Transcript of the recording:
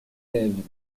lèvres